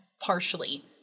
partially